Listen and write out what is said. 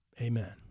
Amen